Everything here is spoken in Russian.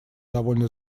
довольно